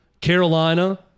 Carolina